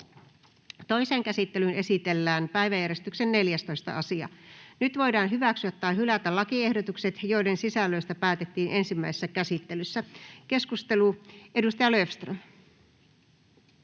Toiseen käsittelyyn esitellään päiväjärjestyksen 14. asia. Nyt voidaan hyväksyä tai hylätä lakiehdotukset, joiden sisällöstä päätettiin ensimmäisessä käsittelyssä. — Edustaja Löfström.